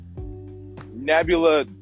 Nebula